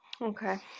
Okay